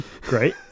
Great